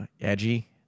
edgy